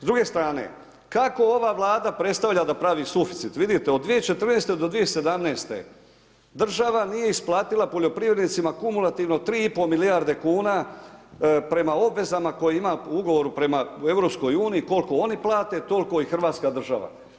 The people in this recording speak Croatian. S druge strane kako ova Vlada predstavlja da pravi suficit, vidite od 2014. do 2017., država nije isplatila poljoprivrednicima kumulativno 3,5 milijarde kuna prema obvezama koje ima po ugovoru prema Europskoj uniji, kol'ko oni plate, tol'ko i hrvatska država.